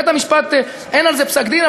אין על זה פסק-דין,